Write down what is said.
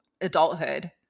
adulthood